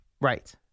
Right